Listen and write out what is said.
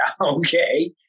okay